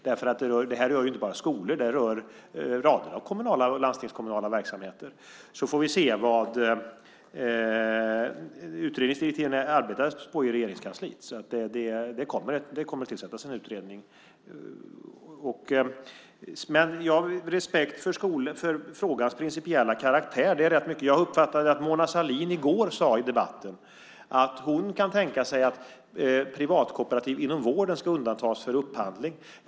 Det här rör inte bara skolor utan rader av kommunala och landstingskommunala verksamheter. Utredningsdirektiven arbetas det på i Regeringskansliet. Det kommer att tillsättas en utredning. Jag har respekt för frågans principiella karaktär. Jag uppfattade att Mona Sahlin i går sade i debatten att hon kan tänka sig att personalkooperativ inom vården ska undantas från upphandling.